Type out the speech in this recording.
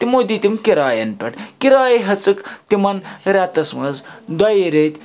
تِمو دِتۍ یِم کِرایَن پٮ۪ٹھ کِرایہِ ہٮ۪ژٕکھ تِمَن رٮ۪تَس منٛز دۄیہِ ریٚتۍ